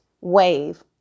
wave